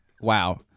wow